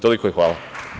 Toliko i hvala.